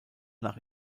nach